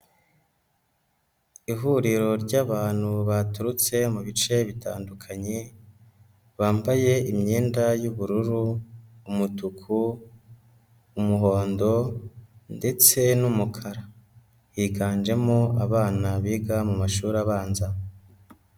Ihuriro ry'abantu baturutse mu bice bitandukanye, bambaye imyenda y'ubururu, umutuku, umuhondo ndetse n'umukara, higanjemo abana biga mu mashuri abanza.